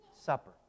supper